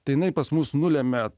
tai jinai pas mus nulemia